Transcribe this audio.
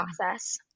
process